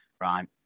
Right